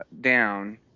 down